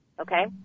Okay